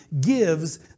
gives